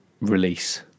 release